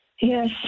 Yes